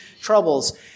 troubles